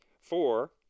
four